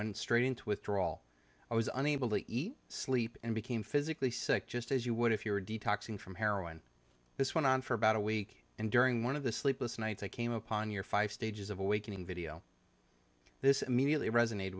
went straight into withdrawal i was unable to eat sleep and became physically sick just as you would if you were detoxing from heroin this went on for about a week and during one of the sleepless nights i came upon your five stages of awakening video this immediately resonate